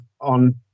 on